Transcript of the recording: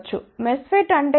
MESFET అంటే ఏమిటి